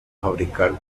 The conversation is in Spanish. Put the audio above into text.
fabricar